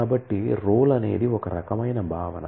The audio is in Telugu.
కాబట్టి రోల్ అనేది ఒక రకమైన భావన